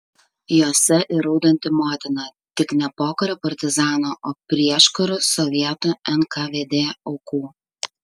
jose ir raudanti motina tik ne pokario partizanų o prieškariu sovietų nkvd aukų